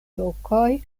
lokoj